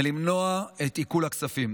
ולמנוע את עיקול הכספים.